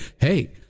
Hey